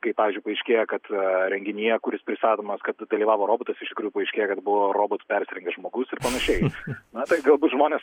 kai pavyzdžiui paaiškėja kad renginyje kur jis pristatomas kad dalyvavo robotas iš tikrųjų paaiškėjo kad buvo robotu persirengęs žmogus ir panašiai na tai galbūt žmonės